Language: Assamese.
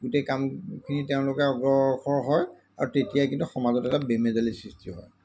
গোটেই কামখিনি তেওঁলোকে অগ্ৰসৰ হয় আৰু তেতিয়া কিন্তু সমাজত এটা বেমেজালিৰ সৃষ্টি হয়